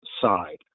side